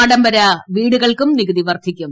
ആഡംബര വീടുകൾക്കും നികുതി വർദ്ധിക്കും